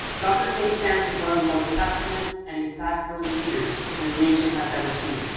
dr. king stands as one of the most passionate and impactful leaders this nation has ever seen.